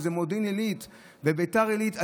מודיעין עילית וביתר עילית,